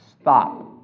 Stop